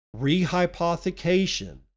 rehypothecation